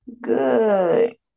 Good